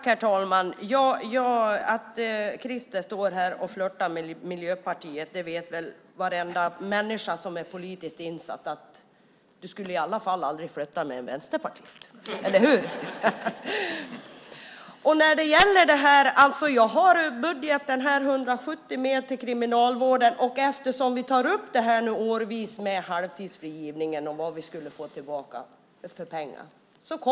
Herr talman! Krister, du flirtar här med Miljöpartiet. Men varenda människa som är politiskt insatt vet väl att du aldrig skulle flirta med en vänsterpartist, eller hur? Jag har budgeten här. Det är 170 miljoner kronor mer till Kriminalvården. Vi tar årligen upp frågan om halvtidsfrigivningen och vilka pengar vi skulle få tillbaka.